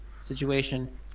situation